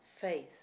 Faith